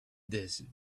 desert